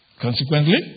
Consequently